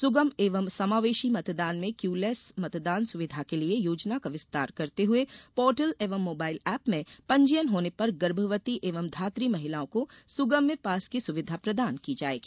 सुगम एवं समावेशी मतदान में क्यूलेस मतदान सुविधा के लिये योजना का विस्तार करते हुए पोर्टल एवं मोबाईल एप में पंजीयन होने पर गर्भवती एवं धात्री महिलाओं को सुगम्य पास की सुविधा प्रदान की जायेगी